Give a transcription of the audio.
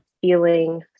feeling